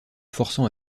forçant